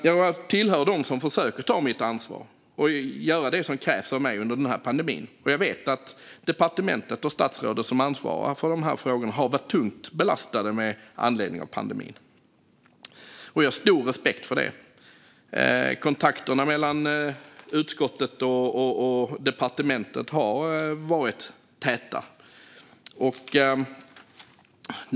Jag tillhör dem som försöker att ta mitt ansvar och göra vad som krävs av mig under den här pandemin. Jag vet att departementet och statsrådet som ansvarar för de här frågorna har varit tungt belastade med anledning av pandemin, och jag har stor respekt för detta. Kontakterna mellan utskottet och departementet har varit täta.